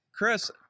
Chris